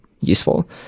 useful